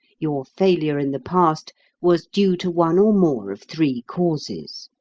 your failure in the past was due to one or more of three causes.